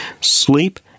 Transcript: sleep